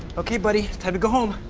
okay, buddy, to go home.